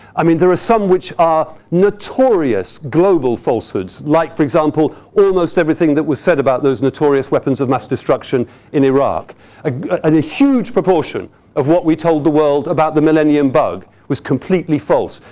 i mean, there are some which are notorious, global falsehoods, like for example, almost everything that was said about those notorious weapons of mass destruction in iraq. ah and a huge proportion of what we told the world about the millennium bug was completely false.